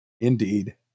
Indeed